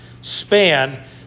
span